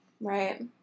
right